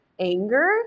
anger